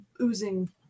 oozing